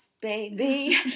baby